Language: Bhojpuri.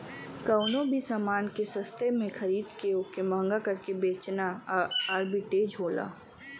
कउनो भी समान के सस्ते में खरीद के वोके महंगा करके बेचना आर्बिट्रेज होला